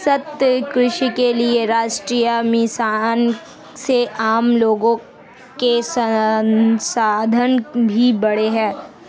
सतत कृषि के लिए राष्ट्रीय मिशन से आम लोगो के संसाधन भी बढ़े है